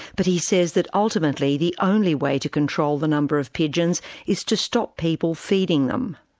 but he says that ultimately the only way to control the number of pigeons is to stop people feeding them.